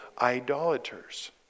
idolaters